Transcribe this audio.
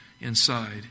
inside